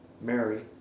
Mary